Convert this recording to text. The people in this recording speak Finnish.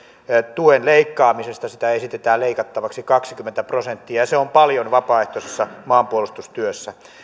tuen leikkaamisesta sitä esitetään leikattavaksi kaksikymmentä prosenttia ja se on paljon vapaaehtoisessa maanpuolustustyössä